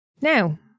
Now